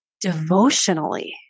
devotionally